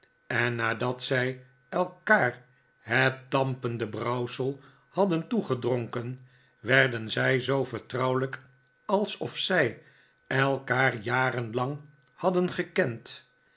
en n ad at zij elkaar met het dampende brouwsel hadden toegedronken werden zij zoo vertrouwelijk alsof zij elkaar jarenlang hadden gekend